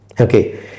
Okay